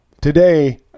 today